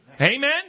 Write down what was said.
Amen